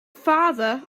father